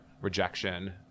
rejection